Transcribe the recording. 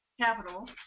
capital